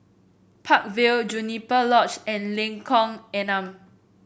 Park Vale Juniper Lodge and Lengkong Enam